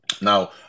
Now